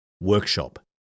workshop